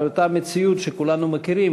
על אותה מציאות שכולנו מכירים.